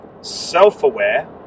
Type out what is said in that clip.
self-aware